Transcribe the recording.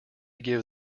give